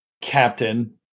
captain